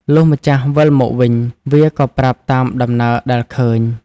លុះម្ចាស់វិលមកវិញ វាក៏ប្រាប់តាមដំណើរដែលឃើញ ។